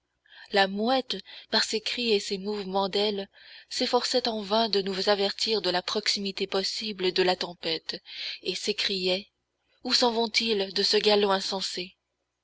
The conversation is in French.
la mouette par ses cris et ses mouvements d'aile s'efforçait en vain de nous avertir de la proximité possible de la tempête et s'écriait où s'en vont-ils de ce galop insensé